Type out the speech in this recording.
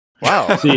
wow